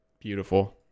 beautiful